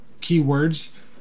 keywords